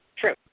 True